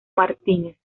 martínez